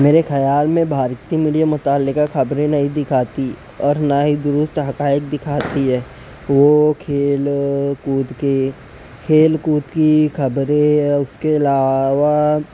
میرے خیال میں بھارتیہ میڈیا متعلقہ خبریں نہیں دکھاتی اور نہ ہی درست حقائق دکھاتی ہے وہ کھیل کود کے کھیل کود کی خبریں یا اس کے علاوہ